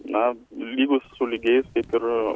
na lygus su lygiais kaip ir